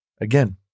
Again